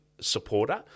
Supporter